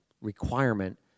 requirement